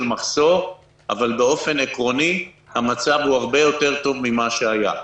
מחסור אבל באופן עקרוני המצב הרבה יותר טוב מאשר היה.